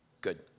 Good